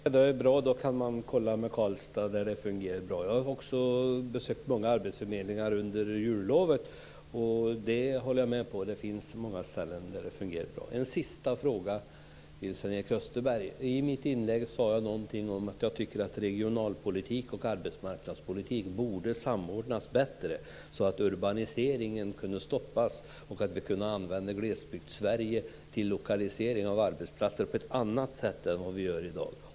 Fru talman! Jag tackar för det. Jag kan kontrollera med Karlstad där det fungerar bra. Jag har under jullovet besökt många arbetsförmedlingar. Jag håller med om att det finns många ställen där det fungerar bra. Jag har en sista fråga till Sven-Erik Österberg. I mitt inlägg sade jag att regionalpolitik och arbetsmarknadspolitik borde samordnas bättre så att urbaniseringen kan stoppas och att vi kan använda Glesbygdssverige till lokalisering av arbetsplatser på ett annat sätt än vad vi gör i dag.